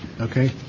Okay